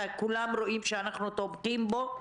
שכולם רואים שאנחנו תומכים בו,